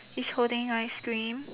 he's holding ice cream